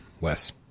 Wes